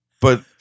But-